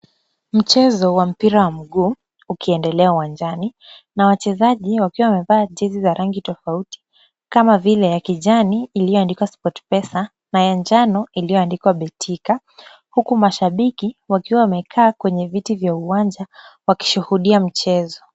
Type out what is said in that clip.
Mchezo wa mpira wa mguu ukiendelea uwanjani na wachezaji wakiwa wamevaa jezi za rangi tofauti kama vile ya kijani iliyoandikwa sportpesa na ya njano iliyoandikwa betika huku mashabiki wakiwa wamekaa kwa viti vya uwanja wakishuhudia mchezo.